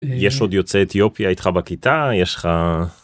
יש עוד יוצא אתיופיה איתך בכיתה יש לך.